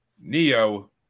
Neo